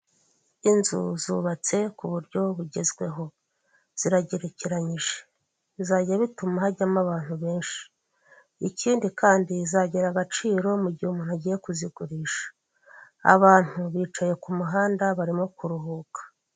Inzu zubatse ku buryo bugezweho ziragerekeranyije bizajya bituma hajyamo abantu benshi, ikindi kandi zizagira agaciro mu gihe umuntu agiye kuzigurisha, abantu bicaye ku muhanda barimo kuruhuka.